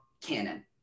canon